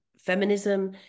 feminism